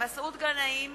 מסעוד גנאים,